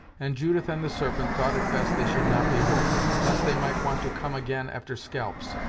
and judith and the serpent thought it best they should not be woke, lest they might want to come again after scalps,